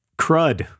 Crud